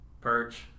perch